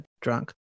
drunk